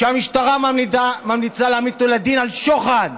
ושהמשטרה ממליצה להעמיד אותו לדין על שוחד.